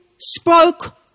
spoke